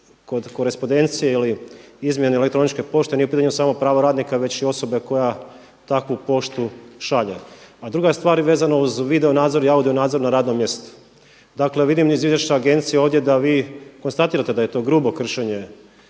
korespondencije ili izmjene elektroničke pošte nije u pitanju samo pravo radnika već i osobe koja takvu poštu šalje. A druga stvar je vezano uz video nadzor i audio nadzor na radnom mjestu. Dakle, vidim iz izvješća agencije ovdje da vi konstatirate da je to grubo kršenje